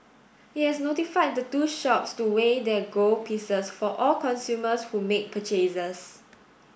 it has notified the two shops to weigh their gold pieces for all consumers who make purchases